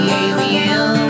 alien